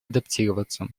адаптироваться